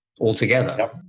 altogether